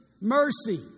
Mercy